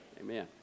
Amen